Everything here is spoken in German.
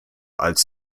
als